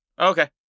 Okay